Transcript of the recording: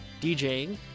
DJing